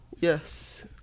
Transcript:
Yes